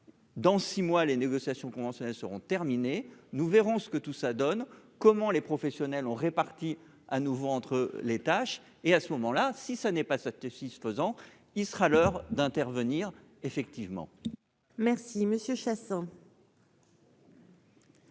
dans six mois les négociations conventionnelles seront terminés, nous verrons ce que tout ça donne : comment les professionnels ont réparti à nouveau entre les tâches et à ce moment-là, si ce n'est pas te 6 pesant, il sera l'heure d'intervenir effectivement. Merci Monsieur Chassang.